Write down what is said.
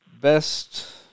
Best